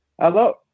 Hello